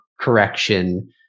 correction